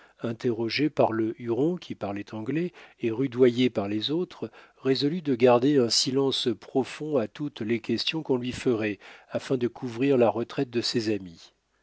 interrogé par le huron qui parlait anglais et rudoyé par les autres résolut de garder un silence profond à toutes les questions qu'on lui ferait afin de couvrir la retraite de ses amis